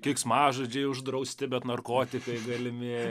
keiksmažodžiai uždrausti bet narkotikai galimi